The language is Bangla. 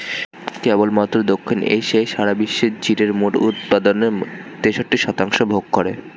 কেবলমাত্র দক্ষিণ এশিয়াই সারা বিশ্বের জিরের মোট উৎপাদনের তেষট্টি শতাংশ ভোগ করে